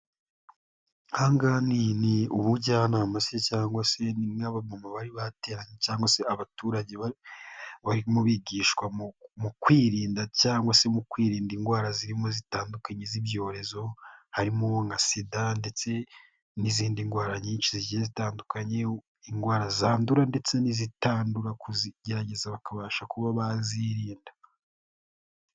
Aha ngaha ni ubujyanama se, cyangwa se ni nk'abamama bari bateranye cyangwa se abaturage barimo bigishwa mu kwirinda cyangwa se mu kwirinda indwara zirimo zitandukanye z'ibyorezo, harimo nka SIDA ndetse n'izindi ndwara nyinshi zigiye zitandukanye, indwara zandura ndetse n'izitandura kuzigerageza bakabasha kuba bazirinda.